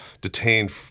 detained